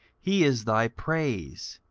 he is thy praise,